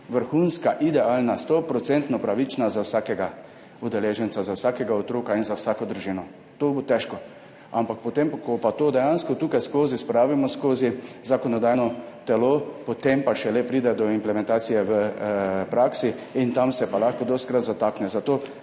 vrhunska, idealna, stoodstotno pravična za vsakega udeleženca, za vsakega otroka in za vsako družino, to bo težko. Ampak potem, ko pa to dejansko tukaj skozi spravimo skozi zakonodajno telo, potem pa šele pride do implementacije v praksi in tam se pa lahko dostikrat zatakne. Zato,